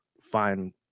find